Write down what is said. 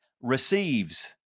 receives